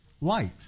light